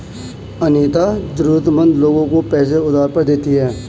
अनीता जरूरतमंद लोगों को पैसे उधार पर देती है